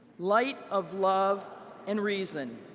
light of love and reason,